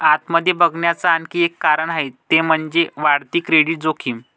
आत मध्ये बघण्याच आणखी एक कारण आहे ते म्हणजे, वाढती क्रेडिट जोखीम